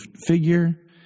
figure